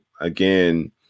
again